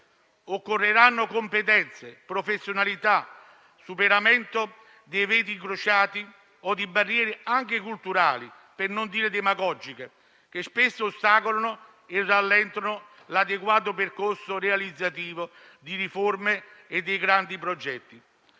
Occorreranno competenze, professionalità, superamento di veti incrociati o di barriere, anche culturali, per non dire demagogiche, che spesso ostacolano e rallentano l'adeguato percorso realizzativo delle riforme e dei grandi progetti.